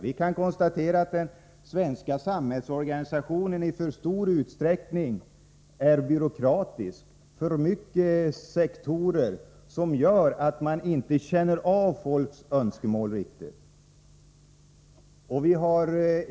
Vi kan konstatera att den svenska samhällsorganisationen i alltför stor utsträckning är byråkratisk, att det finns alltför många sektorer, vilket gör att man inte känner till folks önskemål.